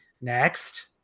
next